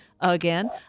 again